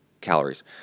calories